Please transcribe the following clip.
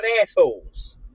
assholes